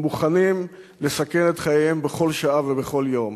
הם מוכנים לסכן את חייהם בכל שעה ובכל יום,